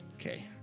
Okay